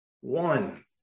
One